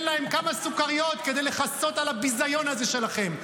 להם כמה סוכריות כדי לכסות על הביזיון הזה שלכם.